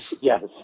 Yes